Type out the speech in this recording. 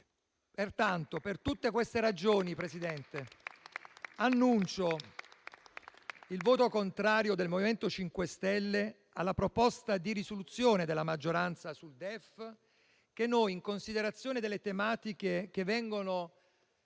Per tutte queste ragioni, annuncio il voto contrario del Gruppo MoVimento 5 Stelle alla proposta di risoluzione della maggioranza sul DEF, in considerazione delle tematiche che vi vengono